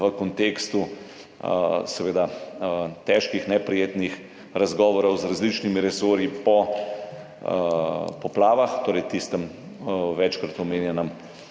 v kontekstu težkih, neprijetnih razgovorov z različnimi resorji po poplavah, torej tistem večkrat omenjenem